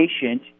patient